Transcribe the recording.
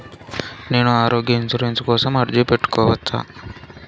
నేను ఆరోగ్య ఇన్సూరెన్సు కోసం అర్జీ పెట్టుకోవచ్చా?